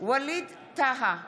ווליד טאהא,